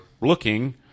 looking